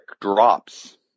drops